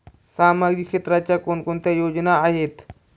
सामाजिक क्षेत्राच्या कोणकोणत्या योजना आहेत?